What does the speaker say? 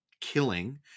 killing